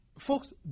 Folks